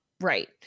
right